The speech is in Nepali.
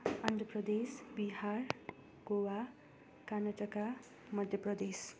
आन्ध्र प्रदेश बिहार गोवा कर्नाटक मध्य प्रदेश